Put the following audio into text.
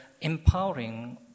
empowering